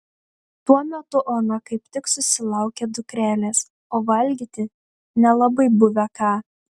tuo metu ona kaip tik susilaukė dukrelės o valgyti nelabai buvę ką